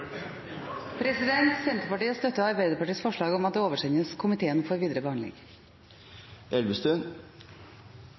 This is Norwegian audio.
Senterpartiet støtter Arbeiderpartiets forslag om at forslaget oversendes komiteen for videre behandling.